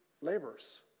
Laborers